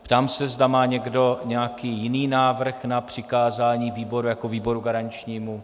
Ptám se, zda má někdo nějaký jiný návrh na přikázání výboru jako výboru garančnímu.